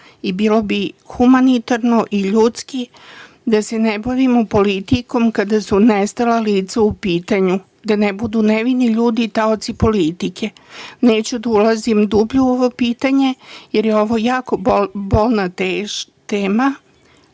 i bilo bi humanitarno i ljudski da se ne bavimo politikom kada su nestala lica u pitanju, da ne budu nevini ljudi taoci politike. Neću da ulazim dublje u ovo pitanje, jer je ovo jako bolna tema,